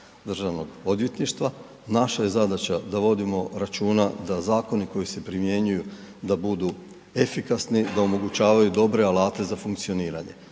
Državnog odvjetništva, naša je zadaća da vodimo računa da zakoni koji se primjenjuju da budu efikasni da omogućavaju dobre alate za funkcioniranje.